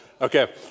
Okay